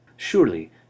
Surely